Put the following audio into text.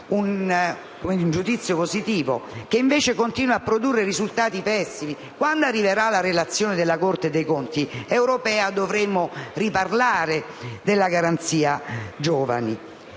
Garanzia Giovani, che invece continua a produrre risultati pessimi. Quando arriverà la relazione della Corte dei conti europea, dovremo riparlare della Garanzia Giovani.